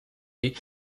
les